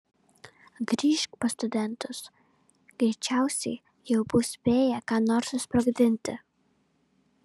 grįžk pas studentus greičiausiai jau bus spėję ką nors susprogdinti